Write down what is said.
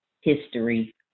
history